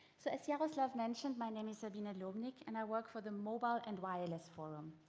so as jaroslaw mentioned, my name is sabine and lobnig and i work for the mobile and wireless forum.